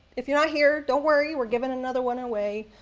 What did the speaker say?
if you're not here, don't worry. we're giving another one away